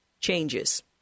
changes